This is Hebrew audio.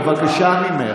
בבקשה ממך.